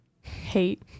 hate